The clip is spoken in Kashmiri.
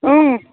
اۭں